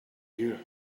you